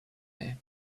here